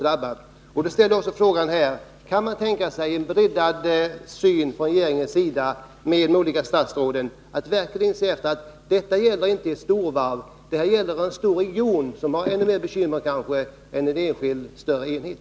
Då vill jag ställa frågan: Kan man tänka sig en breddad syn från regeringens sida — från de olika statsråden tillsammans? Det gäller inte ett storvarv utan en stor region, som kanske har ännu mer bekymmer än en enskild större enhet.